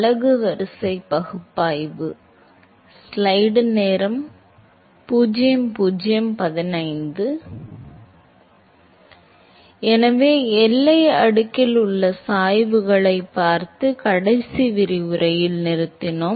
அளவு வரிசை பகுப்பாய்வு எனவே எல்லை அடுக்கில் உள்ள சாய்வுகளைப் பார்த்து கடைசி விரிவுரையில் நிறுத்தினோம்